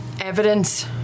evidence